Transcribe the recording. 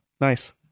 Nice